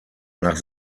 nach